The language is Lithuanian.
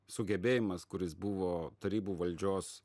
sugebėjimas kuris buvo tarybų valdžios